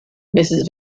mrs